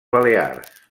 balears